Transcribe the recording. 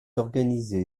organisée